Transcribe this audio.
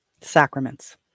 Sacraments